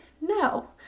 No